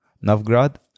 Novgorod